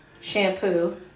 shampoo